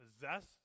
possessed